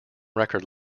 record